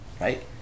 right